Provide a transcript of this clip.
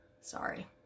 sorry